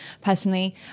personally